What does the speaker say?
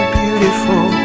beautiful